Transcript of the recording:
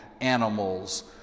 animals